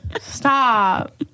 Stop